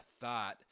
thought